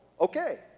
Okay